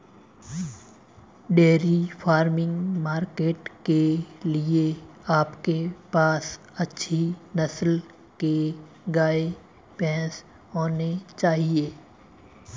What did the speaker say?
dairy farming market के लिए आपके पास अच्छी नस्ल के गाय, भैंस होने चाहिए